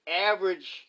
average